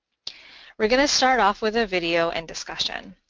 we're going to start off with a video and discussion.